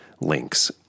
links